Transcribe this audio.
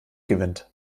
gewinnt